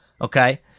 okay